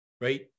right